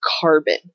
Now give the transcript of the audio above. carbon